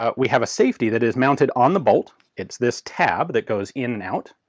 um we have a safety that is mounted on the bolt. it's this tab that goes in and out.